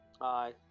Aye